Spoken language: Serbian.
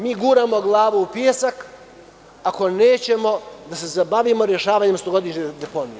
Mi guramo glavu u pesak ako nećemo da se zabavimo rešavanjem stogodišnjih deponija.